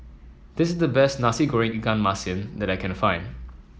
this is the best Nasi Goreng Ikan Masin that I can find